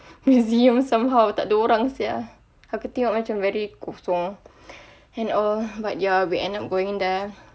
museum somehow tak ada orang sia aku tengok macam very kosong and all but ya we end up going there